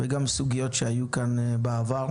וגם לדון על סוגיות שהיו כאן בעבר.